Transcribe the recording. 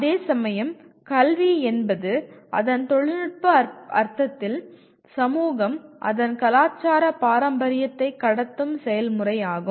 அதேசமயம் கல்வி என்பது அதன் தொழில்நுட்ப அர்த்தத்தில் சமூகம் அதன் "கலாச்சார பாரம்பரியத்தை கடத்தும் செயல்முறையாகும்